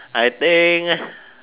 I think